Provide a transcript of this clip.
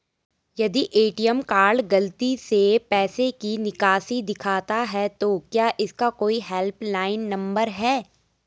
यदि ATM card गलती से पैसे की निकासी दिखाता है तो क्या इसका कोई हेल्प लाइन नम्बर है?